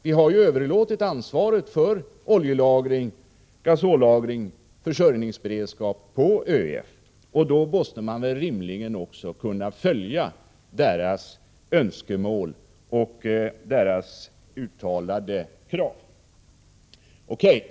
Vi har ju överlåtit ansvaret för oljelagring, gasollagring och försörjningsberedskap till ÖEF. Då måste man väl rimligen också kunna följa ÖEF:s önskemål och uttalade krav. O.K.